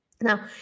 now